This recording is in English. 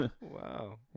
Wow